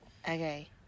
Okay